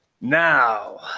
now